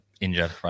Injured